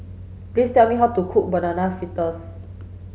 please tell me how to cook banana fritters